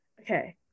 Okay